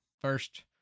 first